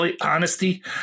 honesty